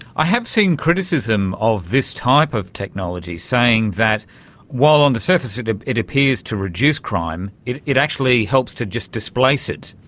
i have seen criticism of this type of technology, saying that while on the surface it ah it appears to reduce crime, it it actually helps to just displace it.